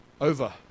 over